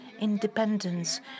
independence